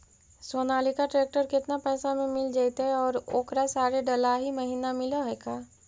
Sonalika tractor केतना पैसा में मिल जइतै और ओकरा सारे डलाहि महिना मिलअ है का?